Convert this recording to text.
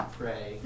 pray